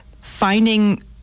finding